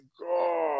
god